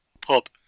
Pub